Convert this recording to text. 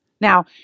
Now